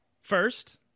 First